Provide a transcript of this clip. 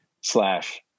slash